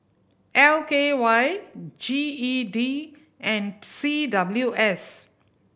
L K Y G E D and C W S